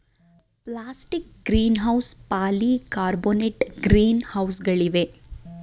plastic greenhouse, polycarbonate green ಹೌಸ್ಗಳಿವೆ